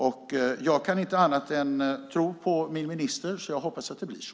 Jag kan inte annat än tro på min minister, så jag hoppas att det blir så.